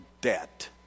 debt